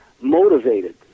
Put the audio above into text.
motivated